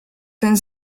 ten